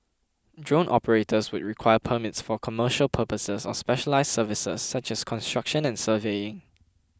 drone operators would require permits for commercial purposes or specialised services such as construction and surveying